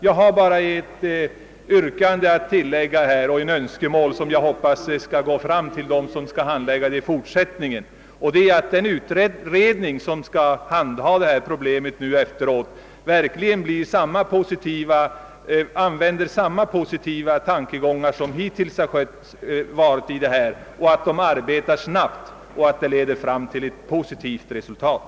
Jag har bara ett önskemål att framföra, och jag hoppas att det skall nå fram till dem som skall handlägga denna fråga i fortsättningen. Mitt önskemål är att den utredning, som skall handha detta problem, kommer att ta sig an sina uppgifter i samma positiva anda som hittills präglat handläggningen av denna fråga. Jag hoppas att utredningen kommer att arbeta snabbt och att arbetet leder fram till ett positivt resultat.